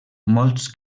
molts